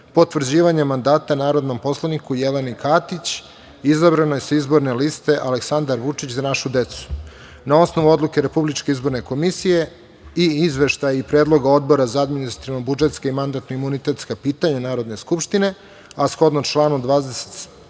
potvrđivanje mandata narodnom poslaniku Jeleni Katić, izabranoj sa Izborne liste ALEKSANDAR VUČIĆ – ZA NAŠU DECU.Na osnovu Odluke Republičke izborne komisije i Izveštaja i predloga Odbora za adminstrativno-budžetska i mandatno-imunitetska pitanja Narodne skupštine, a shodno članu 27.